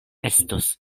estos